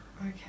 Okay